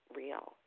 real